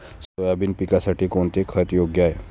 Soybean पिकासाठी कोणते खत योग्य आहे?